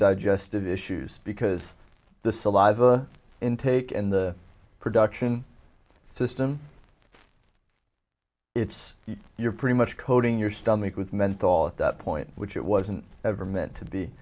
digestive issues because the saliva intake and the production system it's you're pretty much coating your stomach with menthol at that point which it wasn't ever meant to be